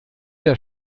der